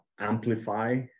amplify